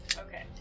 Okay